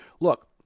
Look